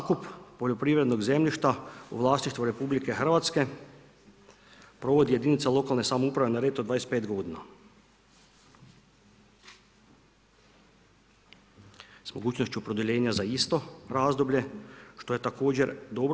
Zakup poljoprivrednog zemljišta u vlasništvu RH provodi jedinica lokalne samouprave na … od 25 godina s mogućnošću produljenja za isto razdoblje što je također dobro.